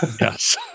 Yes